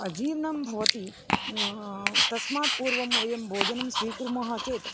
अजीर्णं भवति तस्मात् पूर्वं वयं भोजनं स्वीकुर्मः चेत्